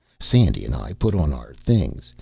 sandy and i put on our things.